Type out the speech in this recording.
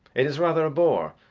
it is rather a bore.